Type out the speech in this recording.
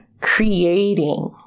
creating